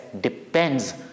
depends